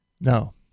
No